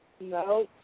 No